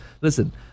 listen